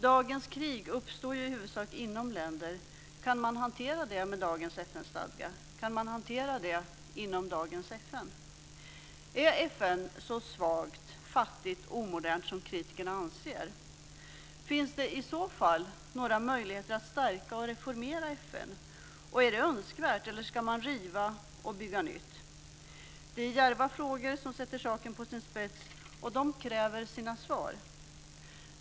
Dagens krig uppstår ju i huvudsak inom länder. Kan man hantera det med dagens FN-stadga? Kan man hantera det inom dagens FN? Är FN så svagt, fattigt och omodernt som kritikerna anser? Finns det i så fall några möjligheter att stärka och reformera FN? Är det önskvärt, eller ska man riva och bygga nytt? Det är djärva frågor, som sätter saken på sin spets, och de kräver sina svar.